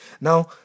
Now